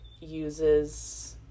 uses